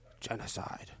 genocide